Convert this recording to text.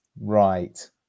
right